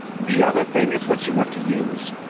the other thing. is what you want to use.